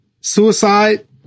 Suicide